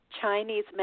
Chinese